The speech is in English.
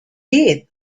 did